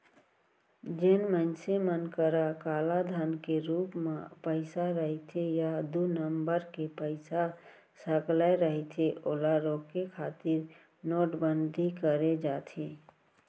जेन मनसे मन करा कालाधन के रुप म पइसा रहिथे या दू नंबर के पइसा सकलाय रहिथे ओला रोके खातिर नोटबंदी करे जाथे